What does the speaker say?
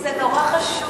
כי זה נורא חשוב,